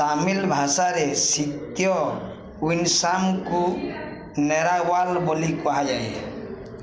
ତାମିଲ ଭାଷାରେ ଶିତ୍ୟ ୱିନିସାମ୍କୁ ନେରାୱାଲ ବୋଲି କୁହାଯାଏ